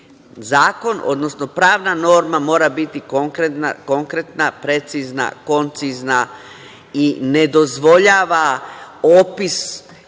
nigde nema. Pravna norma mora biti konkretna, precizna, koncizna i ne dozvoljava opis